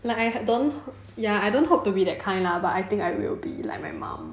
like I don't ya I don't hope to be that kind lah but I think I will be like my mum